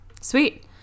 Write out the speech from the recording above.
Sweet